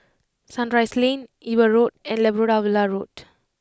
Sunrise Lane Eber Road and Labrador Villa Road